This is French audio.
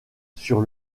sur